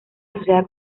asociada